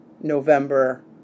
November